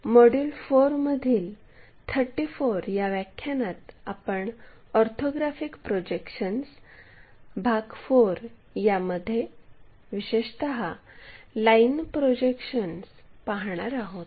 module 4 मधील 34 या व्याख्यानात आपण ऑर्थोग्राफिक प्रोजेक्शन्स II भाग 4 मध्ये विशेषतः लाईन प्रोजेक्शन्स पाहणार आहोत